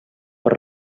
per